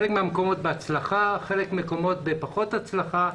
בחלק מהמקומות בהצלחה, בחלק מהמקומות בפחות הצלחה,